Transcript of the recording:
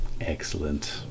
Excellent